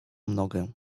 nogę